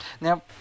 Now